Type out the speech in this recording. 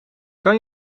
kan